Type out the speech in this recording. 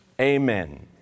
Amen